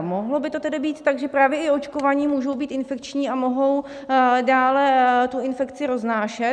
Mohlo by to tedy být tak, že právě i očkovaní můžou být infekční a mohou dále tu infekci roznášet?